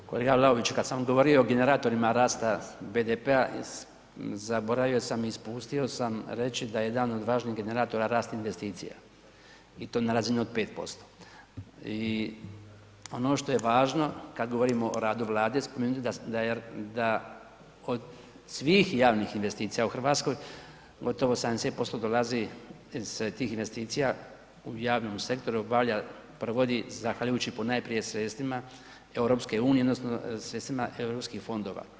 Kolega Vlaoviću, kad sam govorio o generatorima rasta BDP-a zaboravio sam, ispustio sam reći da jedan od važnih generatora rast investicija i to na razini od 5% i ono što je važno kad govorimo o radu Vlade spomenuti da od svih javnih investicija u Hrvatskoj, gotovo 70% dolazi sa tih investicija u javnom sektoru obavlja, provodi zahvaljujući ponajprije sredstvima EU odnosno sredstvima EU fondova.